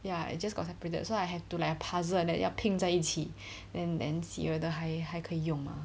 ya it just got separated so I have to like puzzle like that 要在一起 then then see whether 还可以用吗